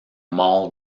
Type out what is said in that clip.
mall